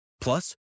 Plus